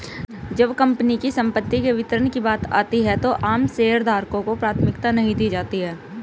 जब कंपनी की संपत्ति के वितरण की बात आती है तो आम शेयरधारकों को प्राथमिकता नहीं दी जाती है